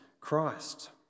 Christ